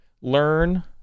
learn